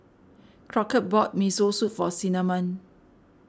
Crockett bought Miso Soup for Cinnamon